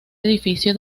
edificio